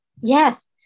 Yes